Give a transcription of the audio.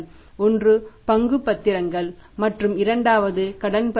ஒன்று பங்கு பத்திரங்கள் மற்றும் இரண்டாவது கடன் பத்திரங்கள்